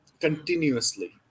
continuously